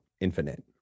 Infinite